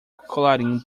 colarinho